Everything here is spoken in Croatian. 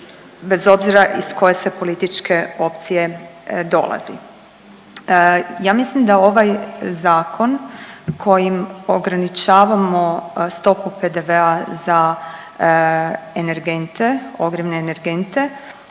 bez obzira iz koje se političke opcije dolazi. Ja mislim da ovaj zakon kojim ograničavamo stopu PDV-a za energente, ogrjevne energente